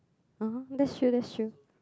(uh huh) that's true that's true